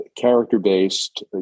Character-based